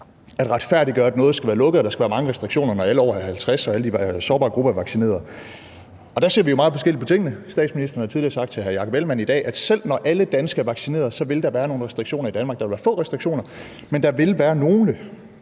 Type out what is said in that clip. at retfærdiggøre, at noget skal være lukket og der skal være mange restriktioner, når alle over 50 og alle de sårbare grupper er vaccineret. Og der ser vi jo meget forskelligt på tingene. Statsministeren har tidligere sagt til hr. Jakob Ellemann-Jensen i dag, at selv når alle danskere er vaccineret, vil der være nogle restriktioner i Danmark. Der vil være få restriktioner, men der vil være nogle.